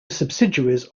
subsidiaries